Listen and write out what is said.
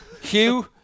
Hugh